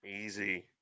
Easy